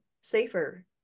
safer